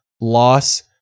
loss